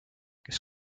kes